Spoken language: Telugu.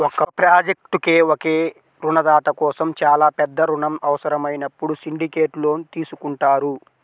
ఒక ప్రాజెక్ట్కు ఒకే రుణదాత కోసం చాలా పెద్ద రుణం అవసరమైనప్పుడు సిండికేట్ లోన్ తీసుకుంటారు